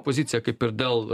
poziciją kaip ir dėl